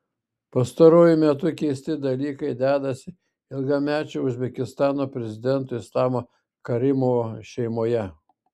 pastaruoju metu keisti dalykai dedasi ilgamečio uzbekistano prezidento islamo karimovo šeimoje